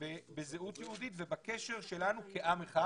בזהות יהודית ובקשר שלנו כעם אחד.